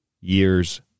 year's